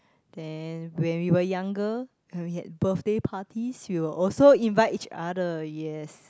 then when we were younger we had birthday parties we would also invite each other yes